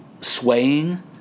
swaying